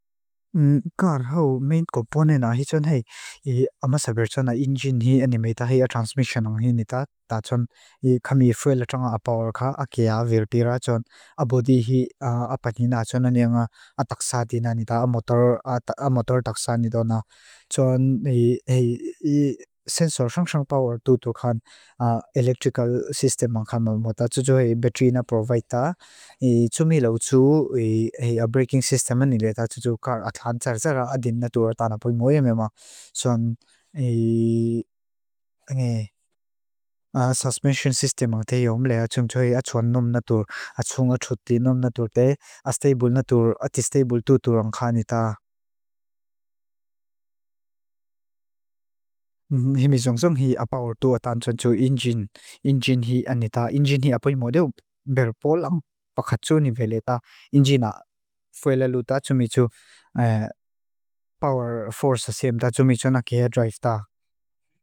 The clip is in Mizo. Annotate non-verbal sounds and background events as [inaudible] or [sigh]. Gar hau main component a hi tson hei, ama sabir tson a engine hi animeit a hei a transmission ang hi nita. Ta tson kami fuel atong a power ka, a kia a veer pira tson. A bodi hi a pati na tson ania nga ataksa dina nita, a motor [hesitation] ataksa nito na. Tson hei [hesitation] sensor sangsang power tutukhan electrical system ang khamal muta. Ta tson hei battery na provide ta. I tsumi lau tson hei a braking system anilea ta tson hei car atalantar tsara a din natura tana pa imoema. Tson hei [hesitation] a suspension system ang thei omlea tson tson hei a tson nom natura. A tson nga txuti nom natura te. A stable natura, ati stable tuturang kha nita. Himi tson tson hei a power tu atang tson tson engine. Engine hi anita. Engine hi apo imoedeo berpolang pakatsu ni vele ta. Engine a fuele lu ta tsumitu [hesitation] power force asem ta tsumitu na kia drive ta.